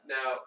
Now